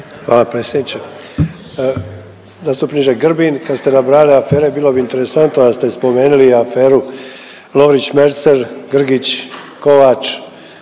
Hvala predsjedniče. Zastupniče Grbin, kad ste nabrajali afere bilo bi interesantno da ste spomenuli i aferu „Lovrić Merzel“, „Grgić-Kovač“,